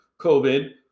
COVID